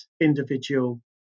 individual